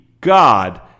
God